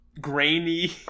grainy